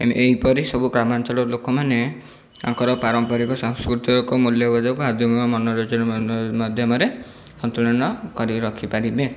ଏହିପରି ସବୁ ଗ୍ରାମାଞ୍ଚଳର ଲୋକମାନେ ତାଙ୍କର ପାରମ୍ପରିକ ସାଂସ୍କୃତିକ ମୂଲ୍ୟବୋଧକୁ ମନୋରଞ୍ଜନ ମାଧ୍ୟମରେ ସନ୍ତୁଳନ କରି ରଖିପାରିବେ